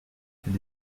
fait